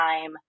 time